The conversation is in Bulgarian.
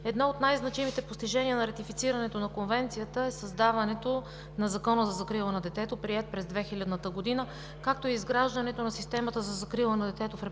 Едно от най-значимите постижения на ратифицирането на Конвенцията е създаването на Закона за закрила на детето, приет през 2000 г., както и изграждането на системата за закрила на детето в Република